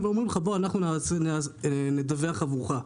הן אומרות: בוא, אנחנו נדווח עבורך.